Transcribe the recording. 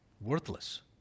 worthless